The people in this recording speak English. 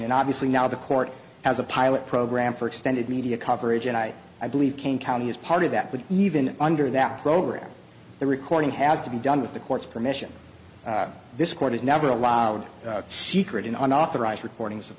and obviously now the court has a pilot program for extended media coverage and i i believe kane county is part of that but even under that program the recording has to be done with the court's permission this court has never allowed secret in unauthorized recordings of